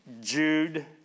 Jude